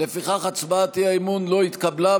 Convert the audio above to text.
לפיכך הצעת האי-אמון לא התקבלה.